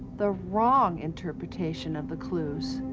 the wrong interpretation of the clues.